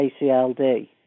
ACLD